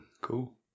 Cool